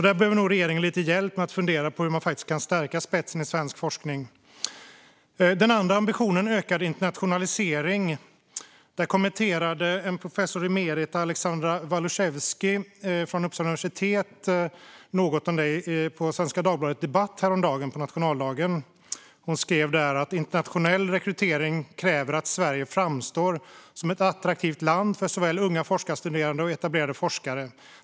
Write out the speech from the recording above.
Där behöver nog regeringen lite hjälp med att fundera på hur man kan stärka spetsen i svensk forskning. Den andra ambitionen är ökad internationalisering. Professor emerita Alexandra Waluszewski från Uppsala universitet kommenterade något om detta på Svenska Dagbladet Debatt på nationaldagen. Hon skrev: Internationell rekrytering kräver att Sverige framstår som ett attraktivt land för såväl unga forskarstuderande som etablerade forskare.